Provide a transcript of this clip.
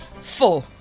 Four